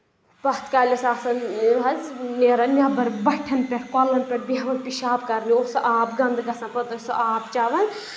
پَتھ کالہِ ٲسۍ آسان یہِ حظ نیران نؠبر بَٹھؠن پؠٹھ کۄلَن پؠٹھ بیٚہوان پِشاب کَرنہِ اوس سُہ آب گنٛدٕ گژھان پَتہٕ ٲسۍ سُہ آب چیٚوان